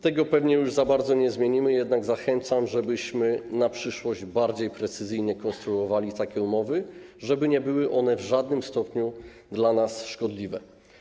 Tego pewnie już za bardzo nie zmienimy, jednak zachęcam, żebyśmy na przyszłość bardziej precyzyjnie konstruowali takie umowy, tak żeby nie były one w żadnym stopniu dla nas szkodliwe.